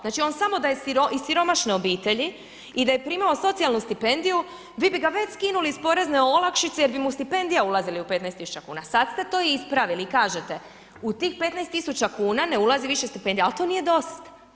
Znači on samo da je iz siromašne obitelji i da je primao socijalnu stipendiju vi bi ga već skinuli sa porezne olakšice jer bi mu stipendija ulazila u 15 000 kn, sad ste to ispravili i kažete, u tih 15 000 kn ne ulazi više stipendija ali to nije dosta.